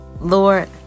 Lord